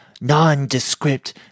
nondescript